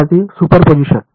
विद्यार्थीः सुपरपोजिशन